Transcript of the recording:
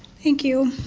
thank you.